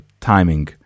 timing